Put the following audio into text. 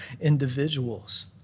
individuals